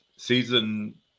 Season